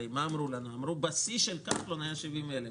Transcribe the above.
אמרו לנו שבשיא של כחלון היו 70,000,